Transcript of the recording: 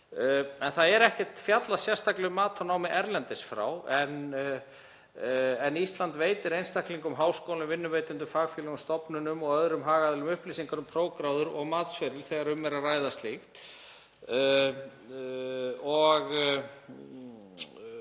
Það er ekkert fjallað sérstaklega um mat á námi erlendis frá en Ísland veitir einstaklingum, háskólum, vinnuveitendum, fagfélögum, stofnunum og öðrum hagaðilum upplýsingar um prófgráður og matsferli þegar um er að ræða slíkt og